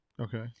Okay